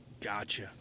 gotcha